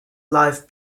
life